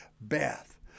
Beth